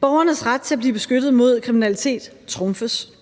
Borgernes ret til at blive beskyttet mod kriminalitet trumfes.